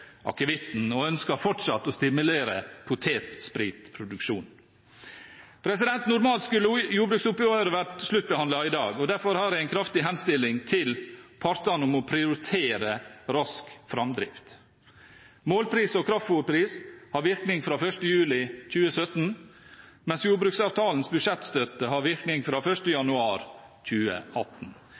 akevitten og ønsker fortsatt å stimulere potetspritproduksjon. Normalt skulle jordbruksoppgjøret vært sluttbehandlet i dag, derfor har jeg en kraftig henstilling til partene om å prioritere rask framdrift. Målpris og kraftfôrpris har virkning fra 1. juli 2017, mens jordbruksavtalens budsjettstøtte har virkning fra 1. januar 2018.